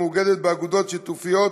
המאוגדת באגודות שיתופיות,